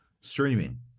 streaming